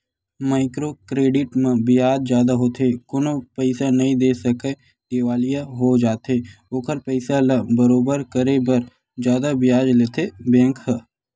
micro credit म बियाज जादा होथे कोनो पइसा नइ दे सकय दिवालिया हो जाथे ओखर पइसा ल बरोबर करे बर जादा बियाज लेथे बेंक ह